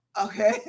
Okay